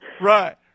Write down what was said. Right